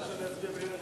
להעביר את